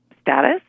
status